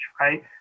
right